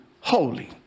holy